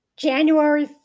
January